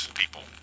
people